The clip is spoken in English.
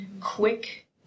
quick